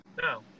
No